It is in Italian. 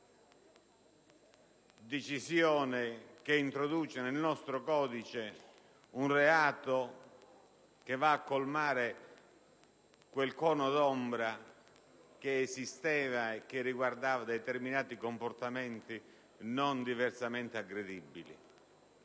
decisione volta ad introdurre nel nostro codice un reato che va a colmare quel cono d'ombra riguardante determinati comportamenti non diversamente aggredibili.